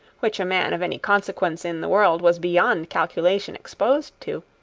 which a man of any consequence in the world was beyond calculation exposed to,